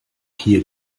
hier